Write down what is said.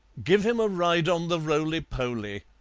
give him a ride on the roly-poly,